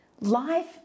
Life